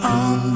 on